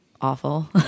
awful